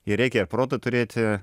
jai reikia proto turėti